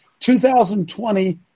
2020